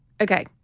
okay